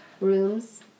rooms